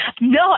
No